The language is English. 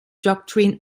doctrine